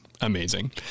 amazing